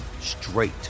straight